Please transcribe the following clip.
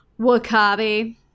Wakabi